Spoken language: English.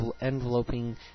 enveloping